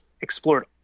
explored